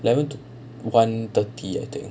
eleven to~ one thirty I think